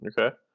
Okay